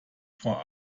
vor